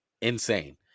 Insane